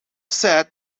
said